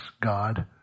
God